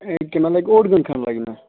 ییٚکیٛاہ مےٚ لَگہِ اوٚڑ گٲنٛٹہٕ کھنٛڈ لَگہِ مےٚ